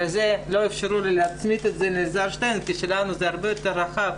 לא אפשרו לי להצמיד את זה לאלעזר שטרן כי שלנו זה הרבה יותר רחב.